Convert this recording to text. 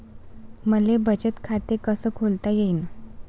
मले बचत खाते कसं खोलता येईन?